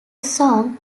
song